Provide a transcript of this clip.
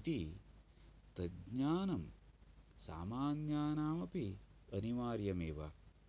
इति तज्ज्ञानं सामान्यानामपि अनिवार्यमेव